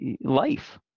life